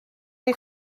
neu